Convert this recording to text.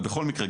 בכל מקרה,